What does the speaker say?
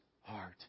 heart